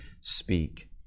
speak